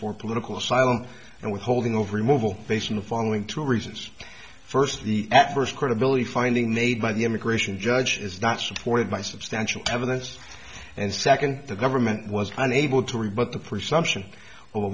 for political asylum and withholding over mobile base in the following two reasons first the at first credibility finding made by the immigration judge is not supported by substantial evidence and second the government was unable to rebut the presumption o